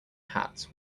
hats